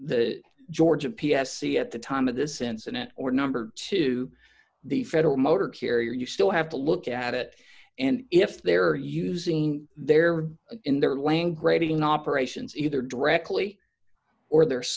the georgia p s c at the time of this incident or number two the federal motor carrier you still have to look at it and if they're using their in their language being operations either directly or the